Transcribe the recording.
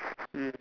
mm